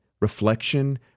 Reflection